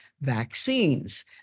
vaccines